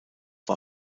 war